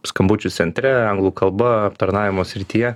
skambučių centre anglų kalba aptarnavimo srityje